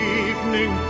evening